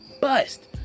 bust